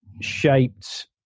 shaped